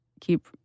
keep